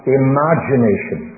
imagination